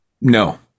No